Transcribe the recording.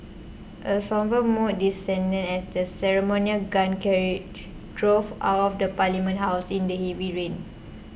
a sombre mood descended as the ceremonial gun carriage drove out of the Parliament House in the heavy rain